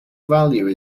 value